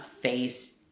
face